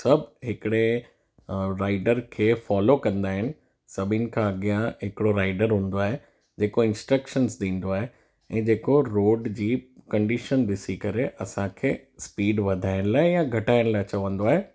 सभु हिकिड़े राइडर के फॉलो कंदा आहिनि सभिनि खां अॻियां हिकिड़ो राइडर हूंदो आहे जेको इंस्ट्रक्शन्स ॾींदो आहे ऐं जेको रोड जी कंडीशन ॾिसी करे असांखे स्पीड वधाइण लाइ या घटाइण लाइ चवंदो आहे